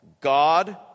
God